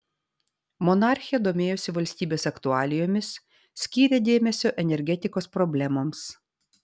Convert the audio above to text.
monarchė domėjosi valstybės aktualijomis skyrė dėmesio energetikos problemoms